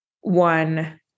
one